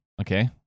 Okay